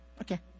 Okay